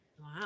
Wow